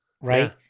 right